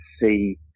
see